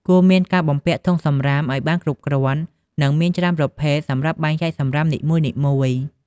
គួរមានការបំពាក់ធុងសំរាមឱ្យបានគ្រប់គ្រាន់ និងមានច្រើនប្រភេទសម្រាប់បែងចែកសំរាមនីមួយៗ។